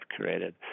created